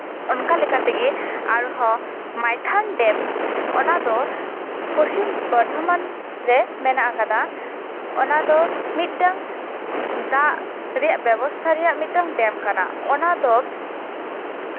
ᱚᱱᱠᱟ ᱞᱮᱠᱟ ᱛᱮᱜᱮ ᱟᱨᱦᱚᱸ ᱢᱟᱭᱛᱷᱚᱱ ᱰᱮᱢ ᱚᱱᱟ ᱫᱚ ᱯᱚᱪᱷᱤᱢ ᱵᱚᱨᱫᱷᱚᱢᱟᱱ ᱨᱮ ᱢᱮᱱᱟᱜ ᱟᱠᱟᱫᱟ ᱚᱱᱟ ᱫᱚ ᱢᱤᱫᱴᱟᱝ ᱫᱟᱜ ᱨᱮᱭᱟᱜ ᱵᱮᱵᱚᱥᱛᱷᱟ ᱨᱮᱭᱟᱜ ᱢᱤᱫᱴᱟᱝ ᱰᱮᱢ ᱠᱟᱱᱟ ᱚᱱᱟ ᱫᱚ